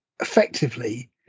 effectively